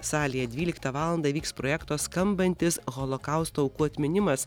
salėje dvyliktą valandą vyks projekto skambantis holokausto aukų atminimas